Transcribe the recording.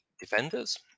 defenders